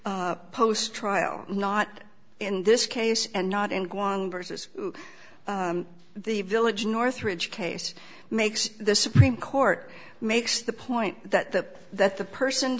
post trial not in this case and not in guam versus the village northridge case makes the supreme court makes the point that the that the person